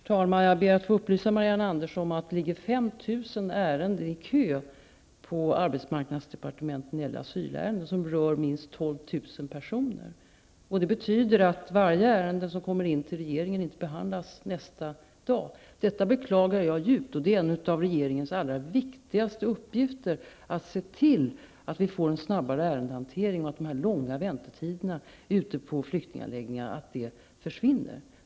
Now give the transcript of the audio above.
Herr talman! Jag ber att få upplysa Marianne Andersson om att det ligger 5 000 asylärenden i kö på arbetsmarknadsdepartementet, och de berör minst 12 000 personer. Det betyder att varje ärende som kommer in till regeringen inte behandlas nästa dag. Detta beklagar jag djupt. Det är en av regeringens allra viktigaste uppgifter att se till att vi får en snabbare ärendehantering och att långa väntetider ute på flyktinganläggningarna försvinner.